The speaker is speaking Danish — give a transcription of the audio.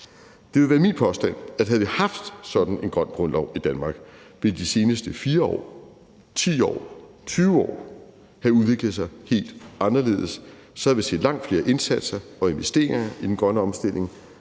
Det vil være min påstand, at havde vi haft sådan en grøn grundlov i Danmark, ville de seneste 4 år, 10 år, 20 år have udviklet sig helt anderledes. Så havde vi set langt flere indsatser og investeringer i den grønne omstilling